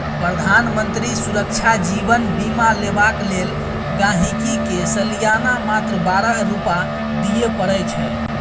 प्रधानमंत्री सुरक्षा जीबन बीमा लेबाक लेल गांहिकी के सलियाना मात्र बारह रुपा दियै परै छै